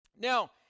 Now